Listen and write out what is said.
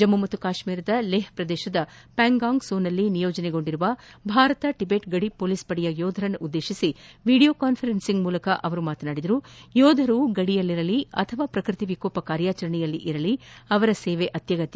ಜಮ್ಮ ಮತ್ತು ಕಾಶ್ಮೀರದ ಲೆಹ್ ಪ್ರದೇಶದ ಪ್ಕಾಂಗಾಂಗ್ ಸೋನಲ್ಲಿ ನಿಯೋಜನೆಗೊಂಡಿರುವ ಭಾರತ ಟಿಬೆಟ್ ಗಡಿ ಮೊಲೀಸ್ ಪಡೆಯ ಯೋಧರನ್ನು ಉದ್ದೇಶಿಸಿ ವಿಡಿಯೋ ಕಾನ್ಫರೆನ್ಸ್ ಮೂಲಕ ಮಾತನಾಡಿದ ಪ್ರಧಾನಮಂತ್ರಿ ಮೋದಿ ಅವರು ಯೋಧರು ಗಡಿಯಲ್ಲಿರಲಿ ಅಥವಾ ಪ್ರಕೃತಿ ವಿಕೋಪ ಕಾರ್ಯಾಚರಣೆಯಲ್ಲಿರಲಿ ಅವರ ಸೇವೆ ಅತ್ಯಗತ್ತ